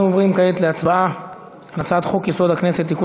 אנחנו עוברים כעת להצבעה על הצעת חוק-יסוד: הכנסת (תיקון